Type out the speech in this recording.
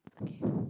okay